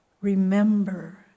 Remember